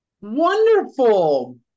Wonderful